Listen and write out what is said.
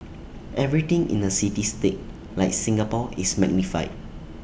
everything in A city state like Singapore is magnified